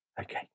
Okay